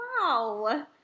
wow